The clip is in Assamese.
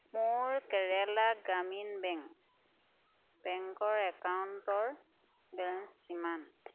মোৰ কেৰেলা গ্ৰামীণ বেংক বেংকৰ একাউণ্টৰ বেলেঞ্চ কিমান